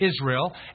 Israel